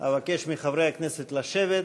אבקש מחברי הכנסת לשבת.